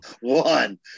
one